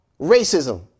racism